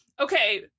Okay